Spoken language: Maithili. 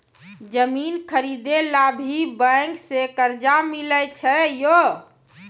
जमीन खरीदे ला भी बैंक से कर्जा मिले छै यो?